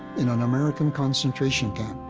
in an american concentration camp.